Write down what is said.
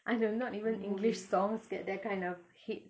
I know not even english songs get that kind of hit